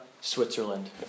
Switzerland